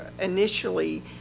initially